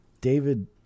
David